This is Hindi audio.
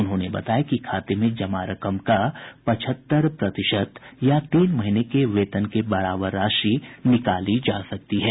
उन्होंने बताया कि खाते में जमा रकम का पचहत्तर प्रतिशत या तीन महीने के वेतन के बराबर राशि निकाली जा सकती है